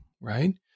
right